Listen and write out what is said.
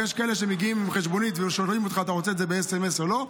יש כאלה שמגיעים עם חשבונית ושואלים אותך: אתה רוצה את זה בסמ"ס או לא?